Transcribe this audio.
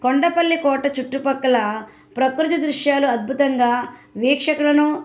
కొండపల్లి కోట చుట్టుపక్కల ప్రకృతి దృశ్యాలు అద్భుతంగా వీక్షకులను